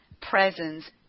presence